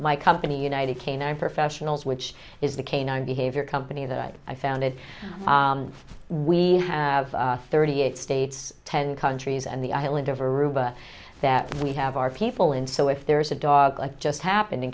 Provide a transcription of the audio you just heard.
my company united canine professionals which is the canine behavior company that i founded we have thirty eight states ten countries and the island of aruba that we have our people in so if there's a dog like just happened in